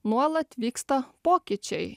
nuolat vyksta pokyčiai